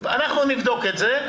אנחנו נבדוק את זה.